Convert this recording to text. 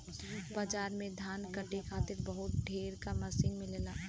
बाजार में धान कूटे खातिर बहुत ढेर क मसीन मिलेला